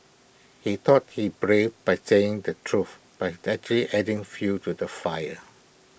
he thought he brave by saying the truth but that she adding fuel to the fire